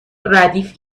ردیف